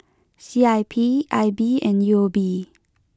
C I P I B and U O B